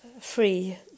free